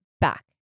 Back